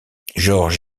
george